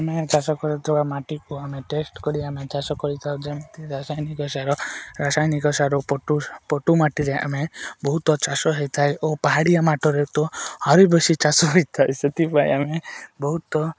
ଆମେ ଚାଷ କରୁଥିବା ମାଟିକୁ ଆମେ ଟେଷ୍ଟ୍ କରି ଆମେ ଚାଷ କରିଥାଉ ଯେମିତି ରାସାୟନିକ ସାର ରାସାୟନିକ ସାର ପଟୁ ପଟୁ ମାଟିରେ ଆମେ ବହୁତ ଚାଷ ହେଇଥାଏ ଓ ପାହାଡ଼ିଆ ମାଟିରେ ତ ଆହୁରି ବେଶୀ ଚାଷ ହୋଇଥାଏ ସେଥିପାଇଁ ଆମେ ବହୁତ